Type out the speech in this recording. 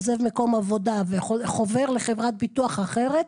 עוזב מקום עבודה וחובר לחברת ביטוח אחרת,